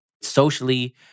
socially